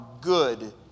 good